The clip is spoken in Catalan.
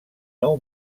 nou